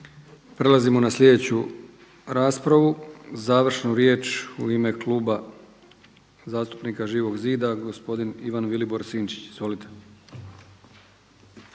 Prelazimo na slijedeću raspravu, završnu riječ u ime Kluba zastupnika Živog zida gospodin Ivan Vilibor Sinčić. Izvolite.